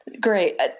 Great